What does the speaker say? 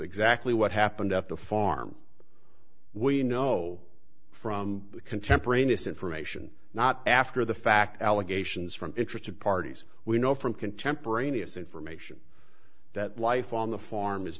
exactly what happened at the farm we know from contemporaneous information not after the fact allegations from interested parties we know from contemporaneous information that life on the form